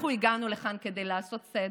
אנחנו הגענו לכאן כדי לעשות סדר,